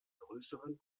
größeren